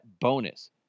bonus